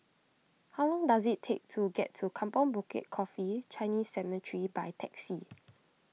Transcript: how long does it take to get to Kampong Bukit Coffee Chinese Cemetery by taxi